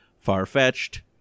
far-fetched